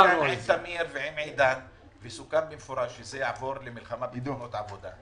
סוכם במפורש שזה יעבור למלחמה בתאונות עבודה.